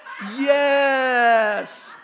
yes